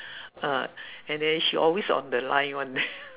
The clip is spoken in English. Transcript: uh and then she always on the line [one]